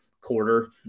quarter